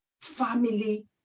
family